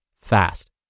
fast